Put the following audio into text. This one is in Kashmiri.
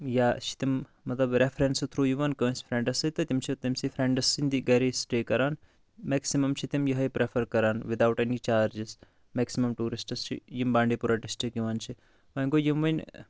یا چھِ تِم مطلب ریفرَنسہٕ تھروٗ یِوان کٲنسہِ فرینڈس سۭتۍ تہٕ تِم چھِ تٔمسٕے فرینڈ سٕندی گَرے سِٹے کَران میکسِمِم چھِ تِم یِہے پریفَر کَران وِدآوُٹ أنی جارجِز میکسِمَم ٹورِسٹٕز چھِ یِم بانڈی پورا ڈسٹرک یِوان چھِ وۄنۍ گوٚو یِم وۄنۍ